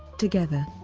together,